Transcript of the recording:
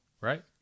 Right